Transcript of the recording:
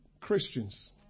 Christians